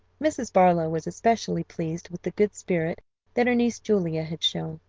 mrs. barlow was especially pleased with the good spirit that her niece julia had shown,